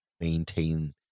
maintain